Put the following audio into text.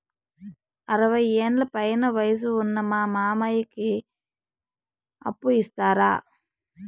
అరవయ్యేండ్ల పైన వయసు ఉన్న మా మామకి అప్పు ఇస్తారా